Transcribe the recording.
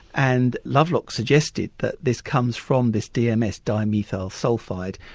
and lovelock suggested that this comes from this dms, dimethyl sulphide,